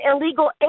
illegal